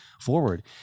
forward